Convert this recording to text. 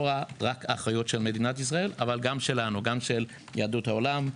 רק אחריות של מדינת ישראל אלא גם של יהדות העולם,